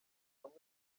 amwe